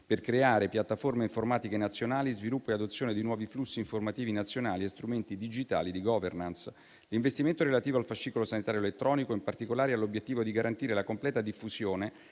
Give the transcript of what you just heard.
a creare piattaforme informatiche nazionali, sviluppo e adozione di nuovi flussi informativi nazionali e strumenti digitali di *governance.* L'investimento relativo al fascicolo sanitario elettronico, in particolare, ha l'obiettivo di garantire la completa diffusione